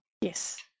Yes